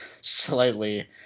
slightly